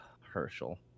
Herschel